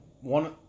one